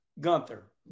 Gunther